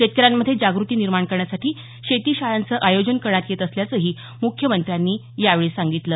शेतकऱ्यांमध्ये जागृती निर्माण करण्यासाठी शेती शाळांचं आयोजन करण्यात येत असल्याचंही मुख्यमंत्र्यांनी यावेळी सांगितलं